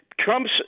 trump's